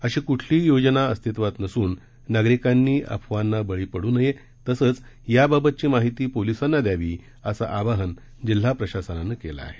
अशी कुठलीही योजना अस्तित्वात नसून नागरिकांनी अफवांना बळी पडू नये तसंच याबाबतची माहिती पोलिसांना द्यावी असं आवाहन जिल्हा प्रशासनानं केलं आहे